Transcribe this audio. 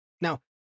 Now